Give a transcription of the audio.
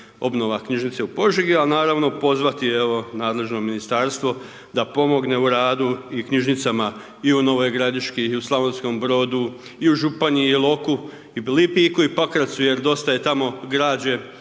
obnova knjižnice u Požegi, al naravno pozvati evo nadležno ministarstvo da pomogne u radu i knjižnicama i u Novoj Gradiški i u Slavonskom Brodu i u Županji, Iloku, Lipiku i Pakracu jer dosta je tamo građe